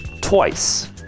twice